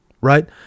Right